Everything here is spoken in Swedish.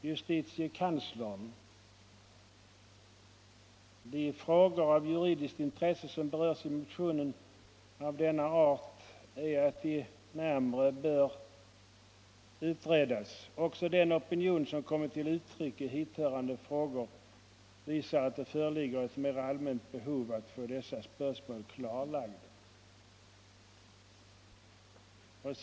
Justitiekanslern sade att de frågor av juridiskt intresse som berörs i motionen är av den arten att de närmare bör utredas. Också den opinion som kommit till uttryck i hithörande frågor visar att det föreligger ett mera allmänt behov av att få dessa spörsmål klarlagda, sade JK.